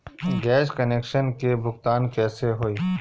Gas connection के भुगतान कैसे होइ?